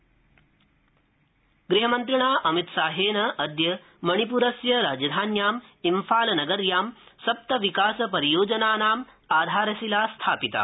गृहमन्त्री मणिपुरम् गृहमन्त्रिणा अमितशाहेन अद्य मणिपुरस्य राजधान्याम् इम्फालनगर्यां सप्त विकास परियोजनानाम् आधारशिला स्थापिता